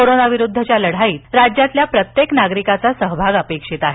corona विरुद्धच्या लढाईत राज्यातील प्रत्येक नागरिकाचा सहभाग हा अपेक्षित आहे